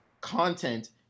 content